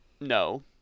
No